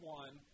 one